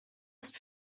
ist